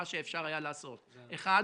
מה שאפשר היה לעשות: דבר אחד